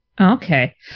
Okay